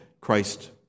Christ